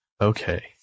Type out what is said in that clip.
Okay